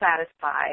satisfied